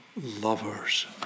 lovers